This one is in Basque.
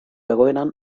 egoeran